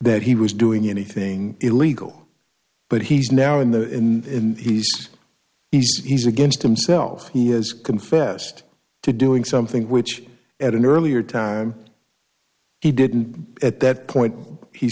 that he was doing anything illegal but he's now in the in he's he's he's against himself he has confessed to doing something which at an earlier time he didn't at that point he